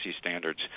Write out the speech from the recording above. standards